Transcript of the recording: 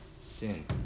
sin